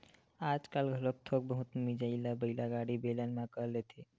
आजकाल घलोक थोक बहुत मिजई ल बइला गाड़ी, बेलन म कर लेथे